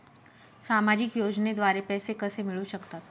सामाजिक योजनेद्वारे पैसे कसे मिळू शकतात?